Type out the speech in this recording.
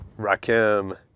rakim